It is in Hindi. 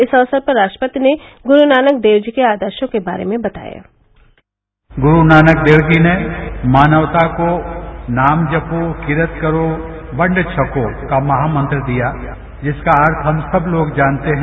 इस अवसर पर राष्ट्रपति ने गुरूनानक देव जी के आदर्शों के बारे में बताया ग्रूनानक देव जी ने मानवता को नाम जपो किरत करो वंड छको का महामंत्र दिया जिसका अर्थ हम सब लोग जानते है